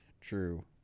True